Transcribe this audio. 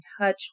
touch